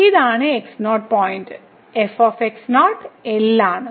ഇതാണ് x0 point f L ആണ്